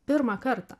pirmą kartą